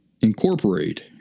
incorporate